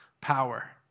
power